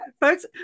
folks